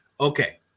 okay